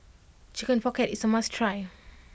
Chicken Pocket is a must try